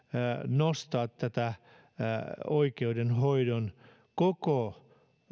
nostaa oikeudenhoidon koko